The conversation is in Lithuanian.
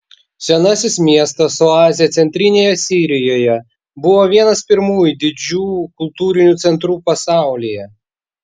senasis miestas oazė centrinėje sirijoje buvo vienas pirmųjų didžių kultūrinių centrų pasaulyje